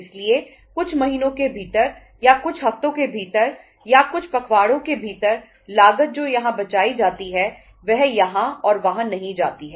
इसलिए कुछ महीनों के भीतर या कुछ हफ़्तों के भीतर या कुछ पखवाडो के भीतर लागत जो यहाँ बचाई जाती है वह यहाँ और वहाँ नहीं जाती है